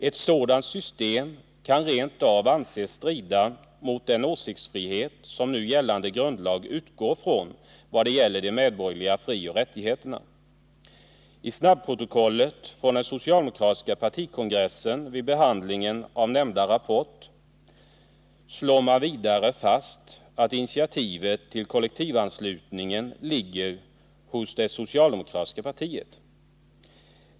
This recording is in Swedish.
Ett sådant system kan rent av anses strida mot den åsiktsfrihet som nu gällande grundlag utgår från beträffande de medborgerliga frioch rättigheterna. I snabbprotokollet från den socialdemokratiska partikongressen slås det vid behandlingen av nämnda rapport vidare fast att initiativet till kollektivanslutningen ligger hos det socialdemokratiska partiet.